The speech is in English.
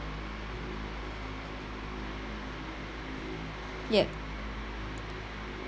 ya